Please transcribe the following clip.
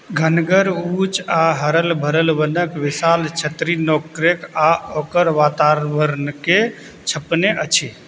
घनगर ऊँच आ हरल भरल वनक विशाल छतरी नोक्रेक आ ओकर वातावरणकेँ झँपने अछि